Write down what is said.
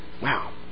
Wow